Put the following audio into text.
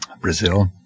Brazil